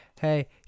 Hey